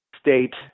state